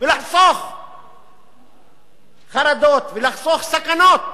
ולחסוך חרדות, ולחסוך סכנות.